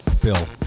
Bill